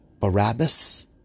Barabbas